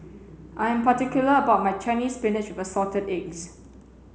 I'm particular about my Chinese spinach with assorted eggs